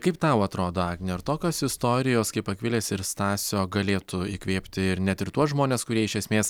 kaip tau atrodo agne ar tokios istorijos kaip akvilės ir stasio galėtų įkvėpti ir net ir tuos žmones kurie iš esmės